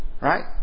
Right